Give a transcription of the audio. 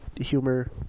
humor